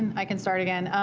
i can start again.